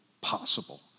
possible